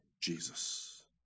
Jesus